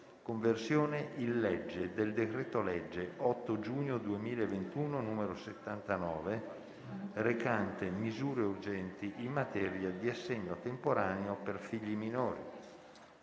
«Conversione in legge del decreto-legge 8 giugno 2021, n. 79, recante misure urgenti in materia di assegno temporaneo per figli minori»